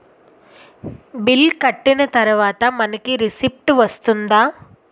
Bill కట్టిన తర్వాత మనకి రిసీప్ట్ వస్తుందా?